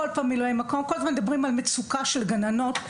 כל הזמן מדברים על מצוקת גננות,